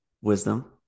wisdom